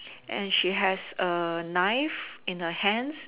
and she has a knife in her hands